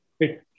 Right